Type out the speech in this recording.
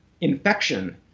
infection